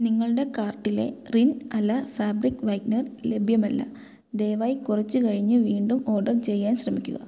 നിങ്ങളുടെ കാർട്ടിലെ റിൻ അല ഫാബ്രിക് വൈറ്റ്നർ ലഭ്യമല്ല ദയവായി കുറച്ച് കഴിഞ്ഞ് വീണ്ടും ഓഡർ ചെയ്യാൻ ശ്രമിക്കുക